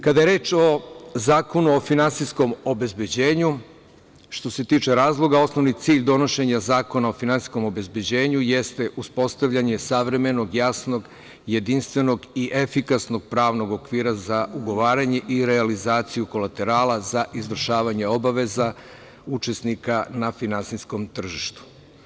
Kada je reč o Zakonu o finansijskom obezbeđenju, što se tiče razloga, osnovni cilj donošenja zakona o finansijskom obezbeđenju jeste uspostavljanje savremenog, jasnog, jedinstvenog i efikasnog pravnog okvira za ugovaranje i realizaciju kolaterala za izvršavanje obaveza učesnika na finansijskom tržištu.